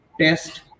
test